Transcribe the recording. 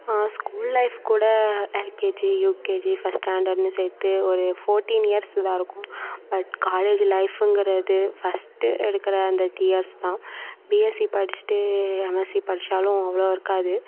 school life கூட LKG UKG first ஸ்டாண்டர்ட்னு சேர்த்து ஒரு ஃபோர்டீன் இயர்ஸு தான் இருக்கும் பட் காலேஜ் லைஃபுங்கிறது பர்ஸ்ட்டு எடுக்கற அந்த த்ரீ இயர்ஸ் தான் பிஎஸ்சி படித்துட்டு எம்எஸ்சி படித்தாலும் அவ்வளோ இருக்காது